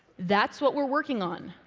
that's what we're working on.